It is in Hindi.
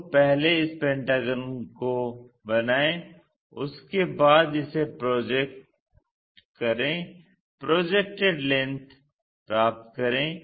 तो पहले इस पेंटागन को बनायें उसके बाद इसे प्रोजेक्ट करें प्रोजेक्टेड लेंथ प्राप्त करें